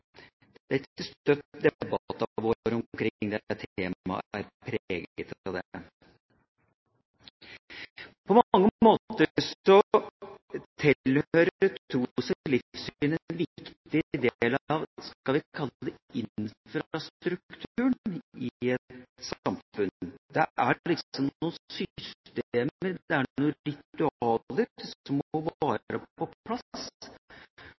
er preget av det. På mange måter tilhører tro og livssyn en viktig del av – skal vi kalle det – infrastrukturen i et samfunn. Det er noen systemer, noen ritualer, som må være på plass, og som vi er